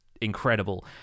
incredible